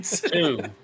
Two